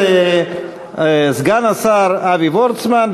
סגן השר אבי וורצמן,